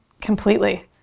Completely